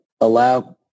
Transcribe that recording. allow